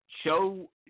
show